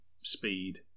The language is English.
speed